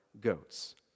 goats